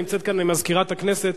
נמצאת כאן מזכירת הכנסת,